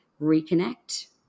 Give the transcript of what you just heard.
reconnect